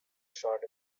shot